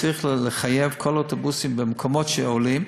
צריך לחייב את כל האוטובוסים במקומות שעולים,